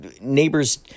neighbors